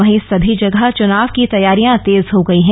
वहीं सभी जगह चुनाव की तैयारियां तेज हो गई हैं